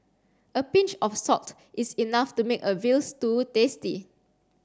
a pinch of salt is enough to make a veal stew tasty